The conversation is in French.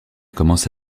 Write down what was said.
commence